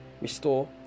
restore